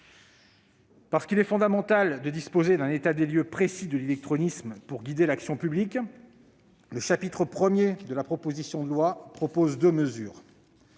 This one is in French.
Parce qu'il est fondamental de disposer d'un état des lieux précis de l'illectronisme pour guider l'action publique, le chapitre I de la proposition de loi prévoit deux mesures.